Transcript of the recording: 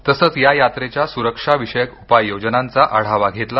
तसंच या यात्रेच्या सुरक्षा विषयक उपाययोजनांचा आढावा घेतला